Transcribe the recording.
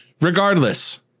regardless